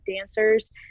dancers